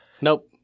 Nope